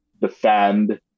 defend